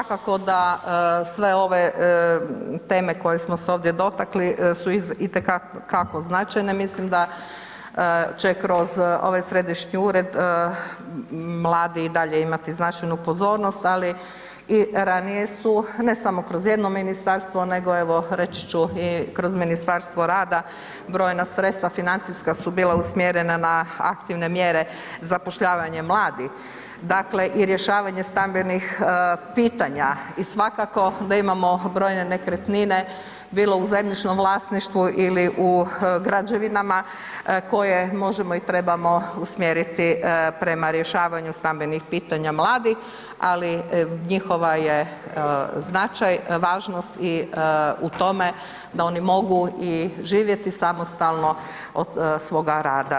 Svakako, svakako da sve ove teme koje smo se ovdje dotakli su itekako značajne, mislim da će kroz ovaj središnji ured mladi i dalje imati značajnu pozornost, ali i ranije su ne samo kroz jedno ministarstvo nego evo reći ću i kroz Ministarstvo rada brojna sredstva financijska su bila usmjerena na aktivne mjere zapošljavanje mladih, dakle i rješavanje stambenih pitanja i svakako da imamo brojne nekretnine bilo u zemljišnom vlasništvu ili u građevinama koje možemo i trebamo usmjeriti prema rješavanju stambenih pitanja mladih, ali njihova je značaj, važnost i u tome da oni mogu živjeti samostalno od svoga rada.